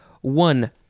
one